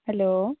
hello